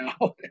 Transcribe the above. now